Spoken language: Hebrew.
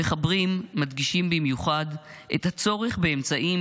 המחברים מדגישים במיוחד את הצורך באמצעים